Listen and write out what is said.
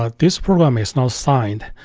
ah this program is not signed,